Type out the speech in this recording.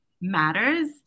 matters